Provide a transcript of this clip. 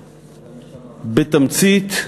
בתמצית,